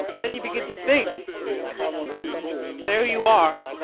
then you begin to think and there you are